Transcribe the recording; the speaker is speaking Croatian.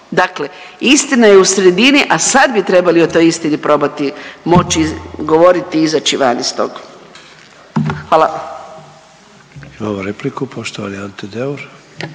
Dakle, istina je u sredini, a sad bi trebali o toj istini probati moći govoriti i izaći van iz tog. Hvala.